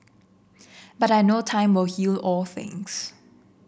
but I know time will heal all things